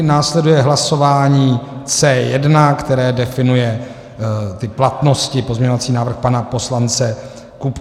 Následuje hlasování C1, které definuje ty platnosti pozměňovací návrh pana poslance Kupky.